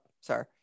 sorry